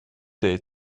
day